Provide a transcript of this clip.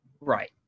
Right